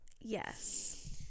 Yes